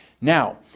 Now